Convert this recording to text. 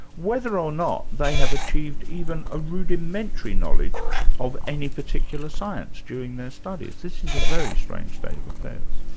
whether or not they have achieved even a rudimentary knowledge of any particular science during their studies. this is a very strange state of affairs.